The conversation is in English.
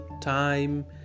time